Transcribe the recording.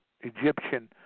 Egyptian